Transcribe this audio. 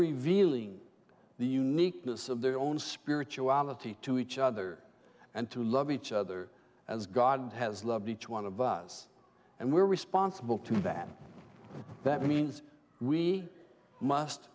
revealing the uniqueness of their own spirituality to each other and to love each other as god has loved each one of us and we are responsible to bad that means we must